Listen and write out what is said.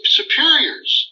superiors